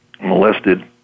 molested